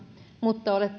mutta